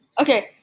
Okay